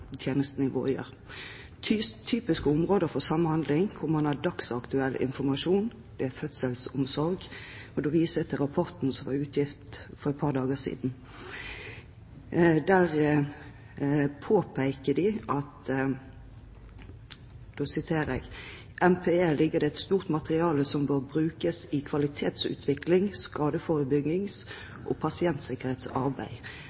Typiske områder for samhandling hvor man har dagsaktuell informasjon, er fødselsomsorg. Da viser jeg til rapporten om et trygt fødetilbud som ble utgitt for et par dager siden. Der påpekes det: «I NPE ligger det et stort materiale som bør brukes i